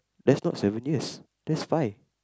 that's not seven year that's five